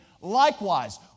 Likewise